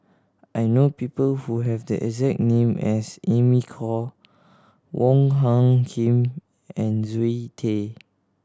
I know people who have the exact name as Amy Khor Wong Hung Khim and Zoe Tay